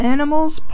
Animals